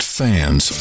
fans